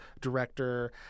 director